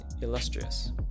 illustrious